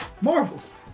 Marvels